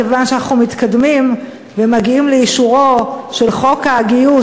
כיוון שאנחנו מתקדמים ומגיעים לאישורו של חוק הגיוס,